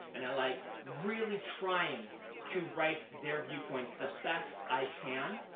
and i like really trying to write their viewpoints the best i can